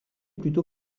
plutôt